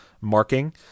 marking